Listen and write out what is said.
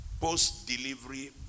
Post-delivery